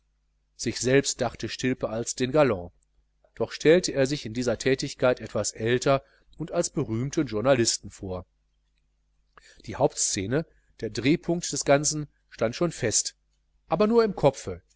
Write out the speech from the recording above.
sich selbst dachte stilpe als den galan doch stellte er sich in dieser thätigkeit etwas älter und als berühmten journalisten vor die hauptscene der drehpunkt des ganzen stand schon fest aber nur im kopfe